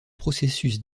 processus